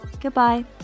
goodbye